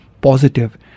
positive